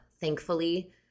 thankfully